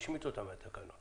נשמיט אותם מהתקנות.